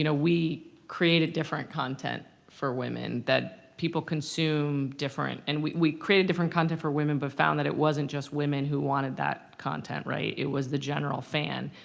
you know we created different content for women, that people consume different. and we we created different content for women, but found that it wasn't just women who wanted that content, right? it was the general fan.